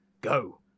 Go